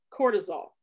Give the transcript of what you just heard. cortisol